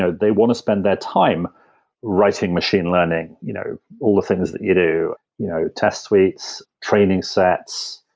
ah they want to spend their time writing machine learning, you know all the things that you do you know test suites, training sets,